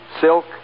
silk